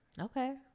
Okay